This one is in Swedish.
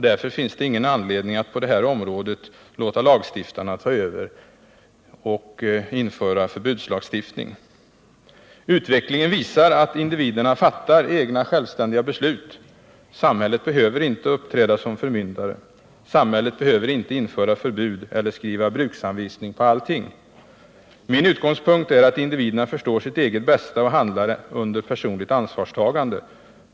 Därför finns det ingen anledning att på detta område låta lagstiftarna ta över och införa förbudslagstiftning. Utvecklingen visar att individerna fattar egna självständiga beslut. Samhället behöver inte uppträda som förmyndare. Samhället behöver inte införa förbud eller skriva bruksanvisning på allting. Min utgångspunkt är att individerna förstår sitt eget bästa och handlar under personligt ansvarstagande.